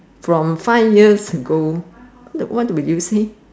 from five years ago what would you say